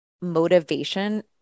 motivation